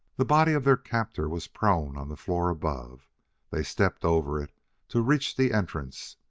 the body of their captor was prone on the floor above they stepped over it to reach the entrance.